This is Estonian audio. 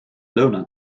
lõuna